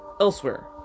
elsewhere